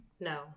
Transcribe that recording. No